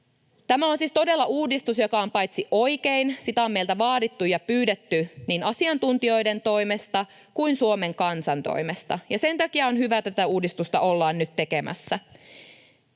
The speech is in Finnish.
Tämä on siis todella uudistus, joka on oikein. Sitä on meiltä vaadittu ja pyydetty niin asiantuntijoiden toimesta kuin Suomen kansan toimesta, ja sen takia on hyvä, että tätä uudistusta ollaan nyt tekemässä.